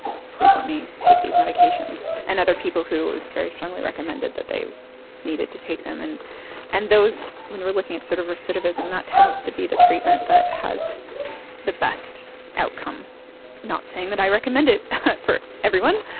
please let me take these medications. and other people who it was very strongly recommended that they needed to take them, and and those, when we are looking at sort of recidivism, that tends to be the treatment that has the best outcome. i'm not saying that i recommend it for everyone,